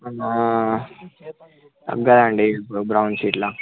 అవునా తగ్గదు అండి బ్రౌన్ షిట్లా